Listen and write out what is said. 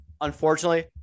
unfortunately